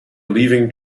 leaving